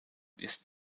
ist